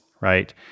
Right